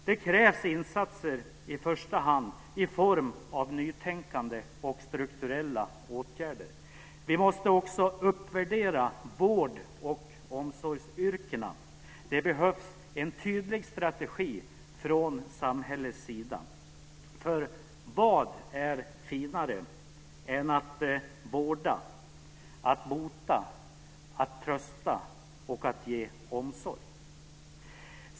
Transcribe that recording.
Det krävs insatser i första hand i form av nytänkande och strukturella åtgärder. Vi måste också uppvärdera vård och omsorgsyrkena. Det behövs en tydlig strategi från samhällets sida, för vad är finare än att vårda, att bota, att trösta och att ge omsorg?